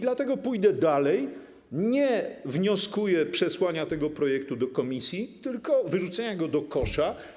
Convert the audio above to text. Dlatego pójdę dalej, nie wnioskuję o przesłanie tego projektu do komisji tylko o wyrzucenia go do kosza.